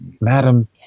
madam